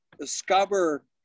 discover